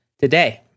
today